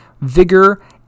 vigor